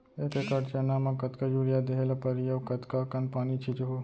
एक एकड़ चना म कतका यूरिया देहे ल परहि अऊ कतका कन पानी छींचहुं?